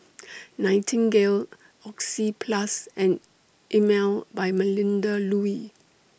Nightingale Oxyplus and Emel By Melinda Looi